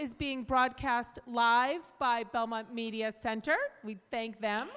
is being broadcast live by belmont media center we thank them